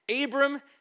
Abram